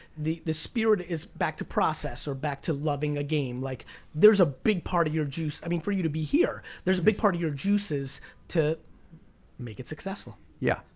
the the spirit back to process or back to loving a game, like there's a big part of your juice. i mean, for you to be here, there's a big part of your juices to make it successful. yeah,